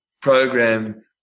program